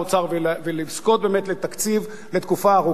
ולזכות באמת לתקציב לתקופה ארוכה,